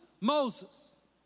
Moses